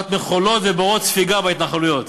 תמורות מכולות ובורות ספיגה בהתנחלויות,